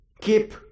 keep